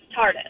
TARDIS